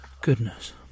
Goodness